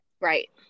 Right